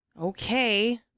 Okay